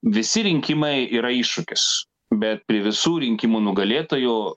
visi rinkimai yra iššūkis bet prie visų rinkimų nugalėtojų